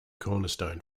cornerstone